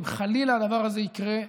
אם חלילה הדבר הזה יקרה,